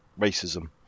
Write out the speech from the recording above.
racism